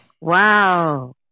Wow